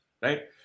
Right